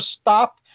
stop